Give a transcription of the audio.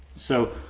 so,